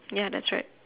ya that's right